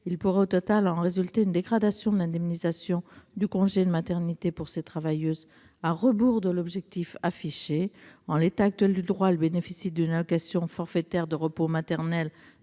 Il pourrait au total en résulter une dégradation de l'indemnisation du congé de maternité pour ces travailleuses, à rebours de l'objectif affiché. En l'état actuel du droit, elles bénéficient d'une allocation de repos maternel